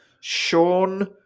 Sean